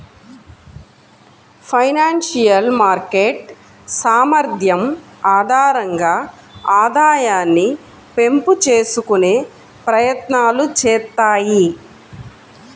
financial market సామర్థ్యం ఆధారంగా ఆదాయాన్ని పెంపు చేసుకునే ప్రయత్నాలు చేత్తాయి